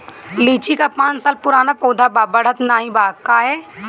लीची क पांच साल पुराना पौधा बा बढ़त नाहीं बा काहे?